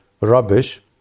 rubbish